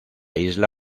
isla